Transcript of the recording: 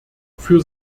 für